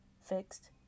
fixed